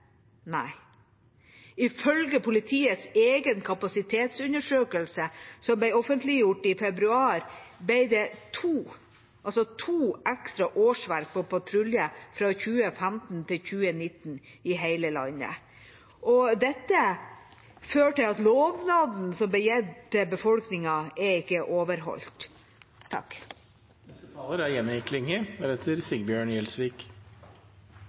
Ifølge politiets egen kapasitetsundersøkelse, som ble offentliggjort i februar, ble det to – 2 – ekstra årsverk på patrulje fra 2015 til 2019 i hele landet. Dette fører til at lovnaden som ble gitt til befolkningen, ikke er overholdt.